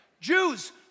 Jews